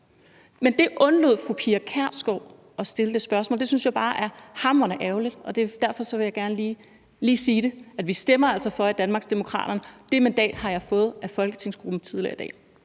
for, men fru Pia Kjærsgaard undlod at stille det spørgsmål. Det synes jeg bare er hamrende ærgerligt, og derfor vil jeg gerne lige sige, at vi altså stemmer for i Danmarksdemokraterne. Det mandat har jeg fået af folketingsgruppen tidligere i dag.